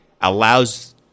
allows